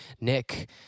Nick